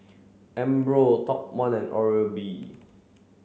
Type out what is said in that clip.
Umbro Top One and Oral B